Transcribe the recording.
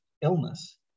illness